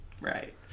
right